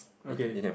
okay